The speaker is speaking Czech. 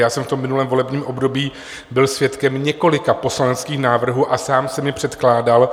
Já jsem v tom minulém volebním období byl svědkem několika poslaneckých návrhů a sám jsem je předkládal.